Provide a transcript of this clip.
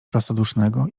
prostodusznego